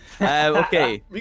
Okay